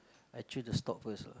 actually the stock first lah